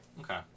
Okay